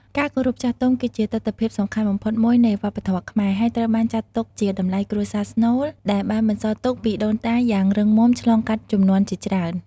ការគោរពចាស់ទុំ គឺជាទិដ្ឋភាពសំខាន់បំផុតមួយនៃវប្បធម៌ខ្មែរ ហើយត្រូវបានចាត់ទុកជាតម្លៃគ្រួសារស្នូលដែលបានបន្សល់ទុកពីដូនតាយ៉ាងរឹងមាំឆ្លងកាត់ជំនាន់ជាច្រើន។